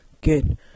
Good